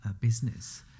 business